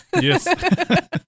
Yes